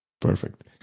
Perfect